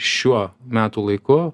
šiuo metų laiku